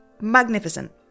Magnificent